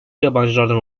yabancılardan